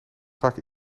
vaak